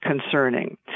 concerning